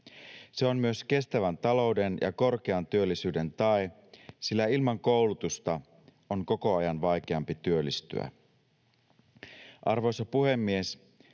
Se on myös kestävän talouden ja korkean työllisyyden tae, sillä ilman koulutusta on koko ajan vaikeampi työllistyä. Arvoisa puhemies!